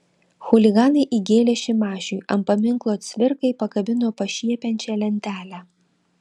chuliganai įgėlė šimašiui ant paminklo cvirkai pakabino pašiepiančią lentelę